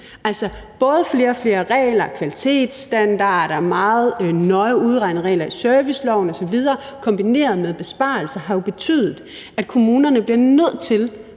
Både flere og flere regler og kvalitetsstandarder og meget nøje udregnede regler i serviceloven osv. kombineret med besparelser har jo betydet, at kommunerne bliver nødt til,